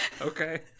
Okay